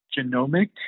genomic